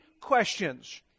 questions